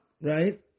right